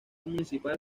municipal